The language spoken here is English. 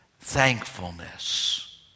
thankfulness